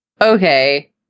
Okay